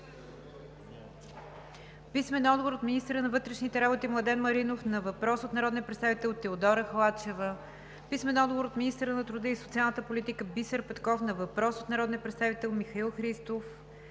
Халачева; - министъра на вътрешните работи Младен Маринов на въпрос от народния представител Теодора Халачева; - министъра на труда и социалната политика Бисер Петков на въпрос от народния представител Михаил Христов;